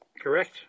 Correct